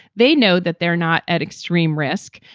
they know that they're not at extreme risk.